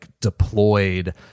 deployed